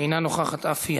אינה נוכחת אף היא.